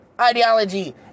ideology